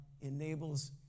enables